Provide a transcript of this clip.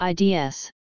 IDS